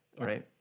right